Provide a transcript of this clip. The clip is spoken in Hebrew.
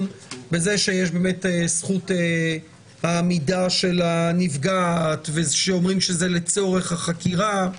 בזכות העמידה של הנפגעת כשאומרים שזה לצורך החקירה?